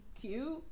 cute